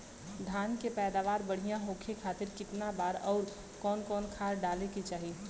धान के पैदावार बढ़िया होखे खाती कितना बार अउर कवन कवन खाद डाले के चाही?